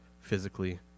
Physically